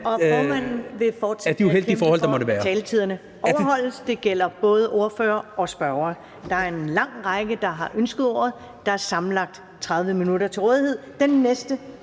Og formanden vil fortsætte med at kæmpe for, at taletiden overholdes, og det gælder både ordførere og spørgere. Der er en lang række, der har ønsket ordet, og der er sammenlagt 30 minutter til rådighed. Den næste